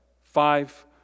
five